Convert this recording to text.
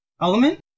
Element